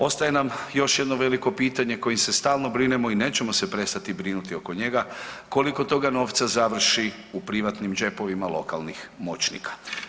Ostaje nam još jedno veliko pitanje o kojem se stalno brinemo i nećemo se prestati brinuti oko njega, koliko toga novca završi u privatnim džepovima lokalnih moćnika.